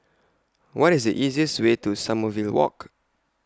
What IS The easiest Way to Sommerville Walk